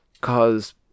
cause